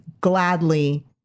gladly